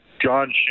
John